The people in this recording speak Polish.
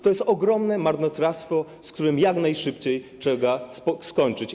To jest ogromne marnotrawstwo, z którym jak najszybciej trzeba skończyć.